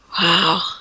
Wow